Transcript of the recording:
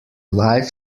life